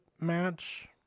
match